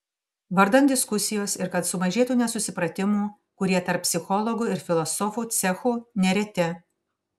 vardan diskusijos ir kad sumažėtų nesusipratimų kurie tarp psichologų ir filosofų cechų nereti